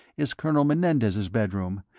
is colonel menendez's bedroom,